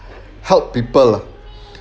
help people lah